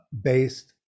based